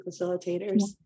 facilitators